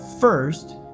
First